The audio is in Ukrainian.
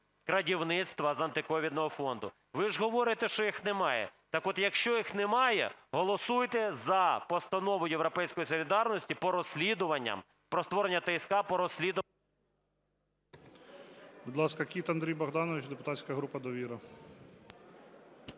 крадівництва з антиковідного фонду. Ви ж говорите, що їх немає, так от якщо їх немає, голосуйте за постанову "Європейської солідарності" по розслідуванням, про створення ТСК. ГОЛОВУЮЧИЙ. Будь ласка, Кіт Андрій Богданович, депутатська група "Довіра".